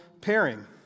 pairing